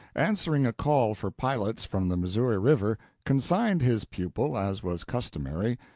answering a call for pilots from the missouri river, consigned his pupil, as was customary,